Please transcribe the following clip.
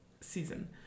season